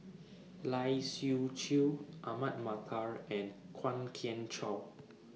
Lai Siu Chiu Ahmad Mattar and Kwok Kian Chow